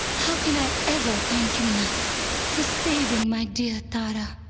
how can i ever thank you enough for saving my dear tara?